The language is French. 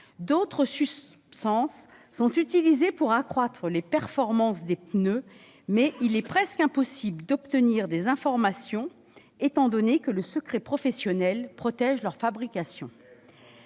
D'autres substances sont utilisées pour accroître les performances des pneus, mais il est presque impossible d'obtenir des informations à leur sujet, étant donné que le secret professionnel protège leur fabrication.